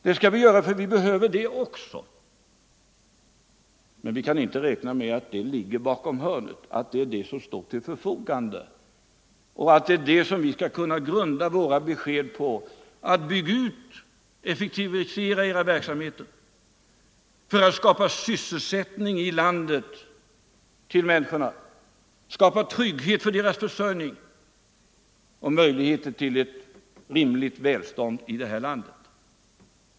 Det skall vi göra, ty vi behöver också det. Men vi kan inte räkna med att dessa möjligheter ligger bakom hörnet och att det är på dem som vi skall kunna grunda våra besked till industrin om att den kan bygga ut och effektivisera sina verksamheter för att skapa sysselsättning åt människorna, trygghet för deras försörjning och möjligheter till ett rimligt välstånd i vårt land.